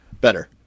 Better